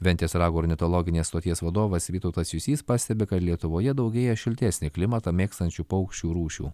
ventės rago ornitologinės stoties vadovas vytautas jusys pastebi kad lietuvoje daugėja šiltesnį klimatą mėgstančių paukščių rūšių